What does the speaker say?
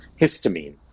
histamine